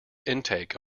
intake